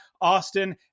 Austin